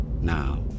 now